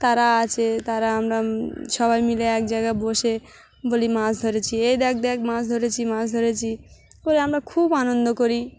তারা আছে তারা আমরা সবাই মিলে এক জায়গায় বসে বলি মাছ ধরেছি এই দেখ দেখ মাছ ধরেছি মাছ ধরেছি করে আমরা খুব আনন্দ করি